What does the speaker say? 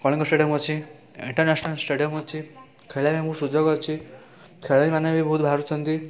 Kalinga stadium ଅଛି international stadium ଅଛି ଖେଳାଳିଙ୍କୁ ସୁଯୋଗ ଅଛି ଖେଳାଳିମାନେ ବି ବହୁତ ବାହାରୁଛନ୍ତି